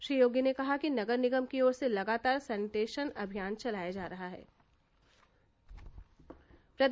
श्री योगी ने कहा कि नगर निगम की ओर से लगातार सैनिटेशन अभियान चलाया जाना चाहिए